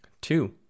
Two